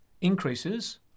increases